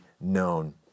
known